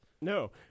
No